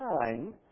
time